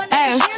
Hey